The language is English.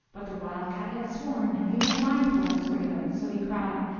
but the wild cat had sworn, and he was mindful of his great oath so he cried,